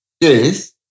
Yes